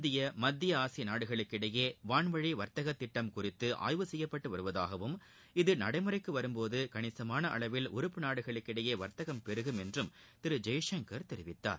இந்திய மத்திய ஆசிய நாடுகளுக்கிடையே வான்வழி வர்த்தகத் திட்டம் குறித்து ஆய்வு செய்யப்பட்டு வருவதாகவும் இது நடைமுறைக்கு வரும்போது கணிசமான அளவில் உறுப்பு நாடுகளுக்கிடையே வர்த்தகம் பெருகும் என்றும் திரு ஜெய்சங்கர் தெரிவித்தார்